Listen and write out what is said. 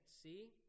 see